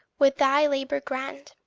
with thy labour grand.